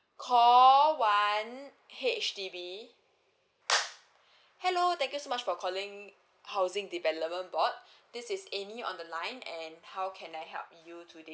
call one H_D_B hello thank you so much for calling housing development board this is amy on the line and how can I help you today